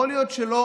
יכול להיות שלא